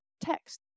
text